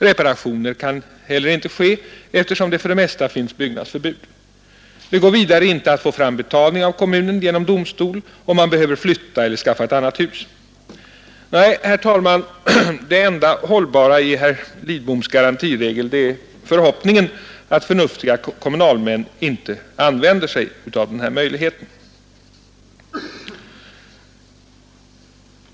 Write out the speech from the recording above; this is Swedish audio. Reparationer kan heller inte ske, eftersom det för det mesta finns byggnadsförbud. Det går vidare inte att få fram betalning av kommunen genom domstol om man behöver flytta eller skaffa ett annat hus. Nej, herr talman, det enda hållbara i herr Lidboms garantiregel är förhoppningen att förnuftiga kommunalmän inte använder den här möjligheten.